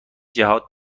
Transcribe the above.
جهات